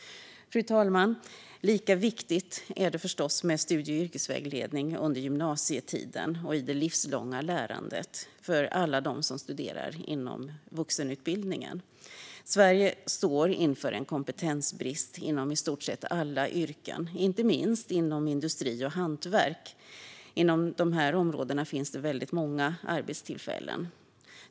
Fru talman! Lika viktigt är det förstås med studie och yrkesvägledning under gymnasietiden och i det livslånga lärandet för alla som studerar inom vuxenutbildningen. Sverige står inför en kompetensbrist inom i stort sett alla yrken, inte minst inom industri och hantverk. Inom de här områdena finns väldigt många arbetstillfällen.